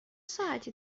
ساعتی